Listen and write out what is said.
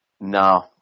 No